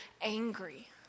angry